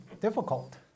difficult